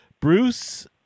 Bruce